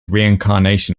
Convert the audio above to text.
reincarnation